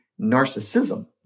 narcissism